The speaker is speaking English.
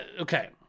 okay